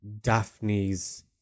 Daphne's